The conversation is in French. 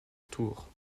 tour